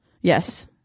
Yes